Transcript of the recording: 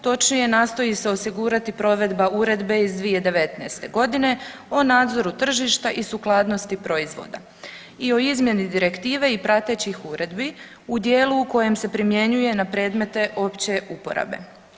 Točnije nastoji se osigurati provedba Uredbe iz 2019. godine o nadzoru tržišta i sukladnosti proizvoda i o izmjeni direktive i pratećih uredbi u dijelu u kojem se primjenjuje na predmete opće uporabe.